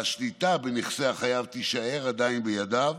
והשליטה בנכסי החייב עדיין תישאר בידיו.